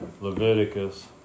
Leviticus